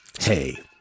Hey